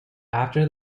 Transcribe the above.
after